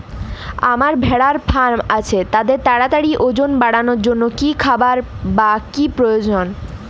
আমার ভেড়ার ফার্ম আছে তাদের তাড়াতাড়ি ওজন বাড়ানোর জন্য কী খাবার বা কী প্রয়োজন?